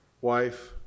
wife